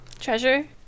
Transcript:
treasure